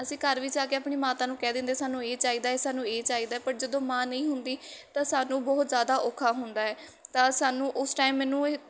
ਅਸੀਂ ਘਰ ਵਿੱਚ ਆ ਕੇ ਆਪਣੀ ਮਾਤਾ ਨੂੰ ਕਹਿ ਦਿੰਦੇ ਸਾਨੂੰ ਇਹ ਚਾਹੀਦਾ ਏ ਸਾਨੂੰ ਇਹ ਚਾਹੀਦਾ ਪਰ ਜਦੋਂ ਮਾਂ ਨਹੀਂ ਹੁੰਦੀ ਤਾਂ ਸਾਨੂੰ ਬਹੁਤ ਜ਼ਿਆਦਾ ਔਖਾ ਹੁੰਦਾ ਹੈ ਤਾਂ ਸਾਨੂੰ ਉਸ ਟਾਈਮ ਮੈਨੂੰ